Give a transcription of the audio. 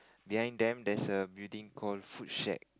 then then that's a building called food shake